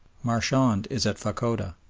marchand is at fachoda.